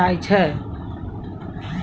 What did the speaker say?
jasmine के हिंदी मे चमेली कहलो जाय छै